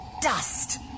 dust